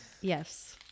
yes